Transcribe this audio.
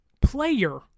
player